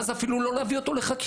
ואז אפילו לא צריך להביא אותו לחקירה